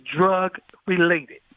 drug-related